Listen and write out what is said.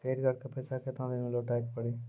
Credit card के पैसा केतना दिन मे लौटाए के पड़ी?